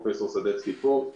פרופ' סדצקי פה,